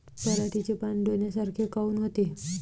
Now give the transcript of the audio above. पराटीचे पानं डोन्यासारखे काऊन होते?